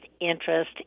interest